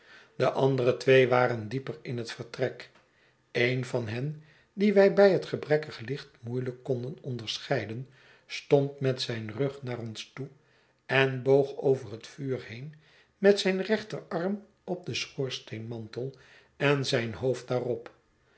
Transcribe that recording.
de andere twee waren dieper in het vertrek een van hen dien wij bij het gebrekkige licht moeielijk konden onderscheiden stond met zijn rug naar ons toe en boog over het vuur heen met zijn rechterarm op den schoorsteenmantel en zijn hoofd daarop